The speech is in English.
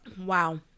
Wow